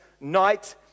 night